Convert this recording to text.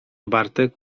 bartek